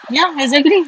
ya exactly